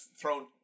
thrown